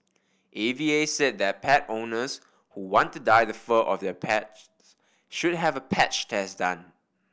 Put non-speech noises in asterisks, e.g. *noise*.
A V A said that pet owners who want to dye the fur of their pets *unintelligible* should have a patch test done